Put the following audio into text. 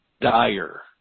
dire